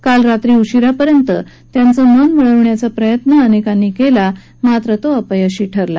काल रात्री उशीरापर्यंत त्यांचं मन वळवण्याचा प्रयत्न अनेकांनी केला मात्र तो अपयशी ठरला